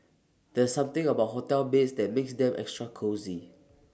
there's something about hotel beds that makes them extra cosy